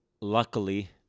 luckily